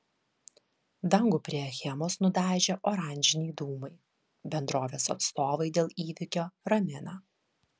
dangų prie achemos nudažė oranžiniai dūmai bendrovės atstovai dėl įvykio ramina